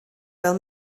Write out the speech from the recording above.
fel